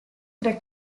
tre